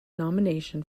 nomination